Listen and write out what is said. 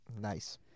Nice